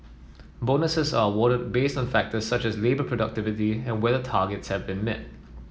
bonuses are awarded based on factor such as labour productivity and whether targets have been met